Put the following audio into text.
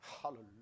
Hallelujah